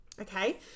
Okay